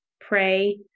Pray